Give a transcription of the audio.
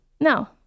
No